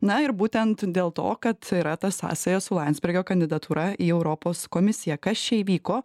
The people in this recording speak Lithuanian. na ir būtent dėl to kad yra ta sąsaja su landsbergio kandidatūra į europos komisiją kas čia įvyko